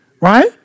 Right